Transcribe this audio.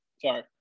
Sorry